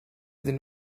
iddyn